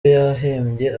yahembye